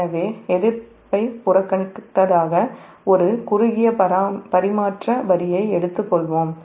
எனவே எதிர்ப்பை புறக்கணித்ததாக ஒரு குறுகியபரிமாற்ற வரியை எடுத்துக்கொள்வோம்